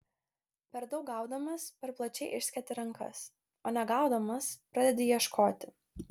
per daug gaudamas per plačiai išsketi rankas o negaudamas pradedi ieškoti